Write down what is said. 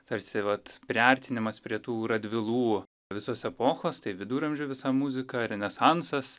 tarsi vat priartinimas prie tų radvilų visos epochos tai viduramžių visa muzika renesansas